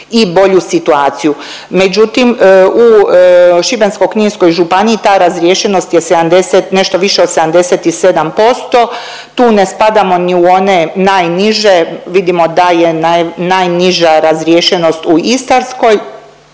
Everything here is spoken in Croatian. i bolju situaciju. Međutim u Šibensko-kninskoj županiji ta razriješenost je 70, nešto više od 77%. Tu ne spadamo ni u one najniže, vidimo da je najniža razriješenost u Istarskoj,